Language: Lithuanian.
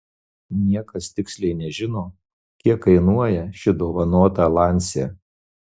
niekas tiksliai nežino kiek kainuoja ši dovanota lancia